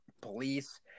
police